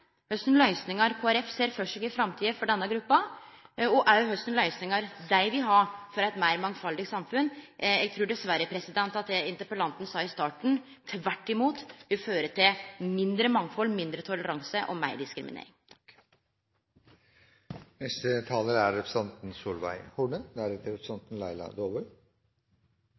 kva for løysingar Kristeleg Folkeparti ser for seg i framtida for denne gruppa, og òg kva for løysingar dei vil ha for eit meir mangfaldig samfunn. Eg trur dessverre at det interpellanten sa i starten, tvert om vil føre til mindre mangfald, mindre toleranse og meir diskriminering. Dette er ingen enkel sak. Det er